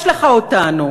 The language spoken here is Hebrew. יש לך אותנו.